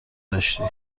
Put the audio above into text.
داشتی